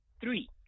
three